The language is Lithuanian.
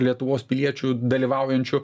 lietuvos piliečių dalyvaujančių